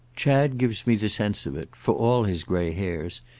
chad gives me the sense of it, for all his grey hairs,